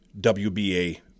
WBA